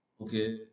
Okay